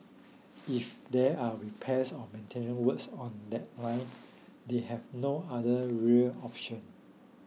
if there are repairs or maintenance work on that line they have no other rail option